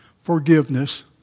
forgiveness